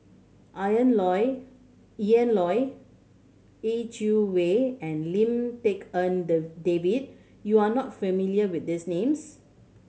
Loy Ian Loy Yeh Chi Wei and Lim Tik En David you are not familiar with these names